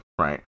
right